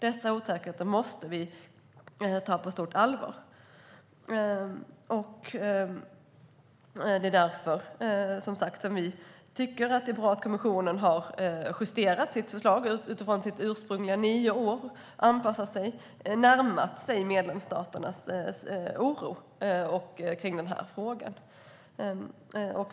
Dessa osäkerheter måste vi ta på stort allvar. Det är som sagt därför vi tycker att det är bra att kommissionen har justerat sitt förslag utifrån de ursprungliga nio åren. Den har anpassat sig och närmat sig medlemsstaternas oro för frågan.